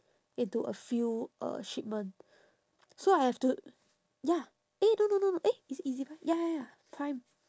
into a few uh shipment so I have to ya eh no no no no eh is it ezbuy ya ya ya prime